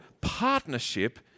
partnership